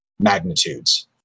Magnitudes